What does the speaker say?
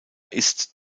ist